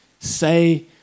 say